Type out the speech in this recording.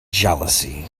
jealousy